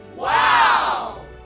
Wow